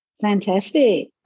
Fantastic